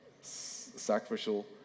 sacrificial